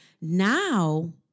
Now